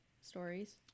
stories